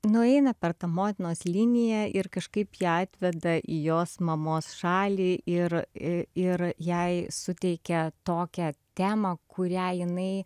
nueina per tą motinos liniją ir kažkaip ją atveda į jos mamos šalį ir ir jai suteikia tokią temą kurią jinai